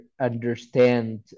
understand